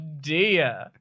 dear